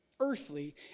earthly